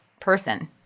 person